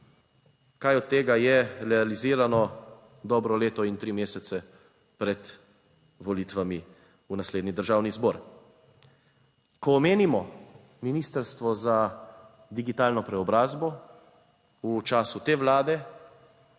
Kaj od tega je realizirano dobro leto in tri mesece pred volitvami v naslednji Državni zbor? Ko omenimo Ministrstvo za digitalno preobrazbo, v času te vlade,